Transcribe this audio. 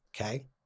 Okay